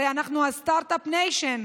הרי אנחנו הסטרטאפ ניישן.